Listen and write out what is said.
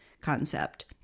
concept